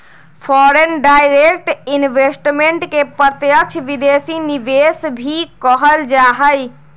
foreign direct investment के प्रत्यक्ष विदेशी निवेश भी कहल जा हई